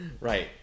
Right